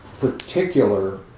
particular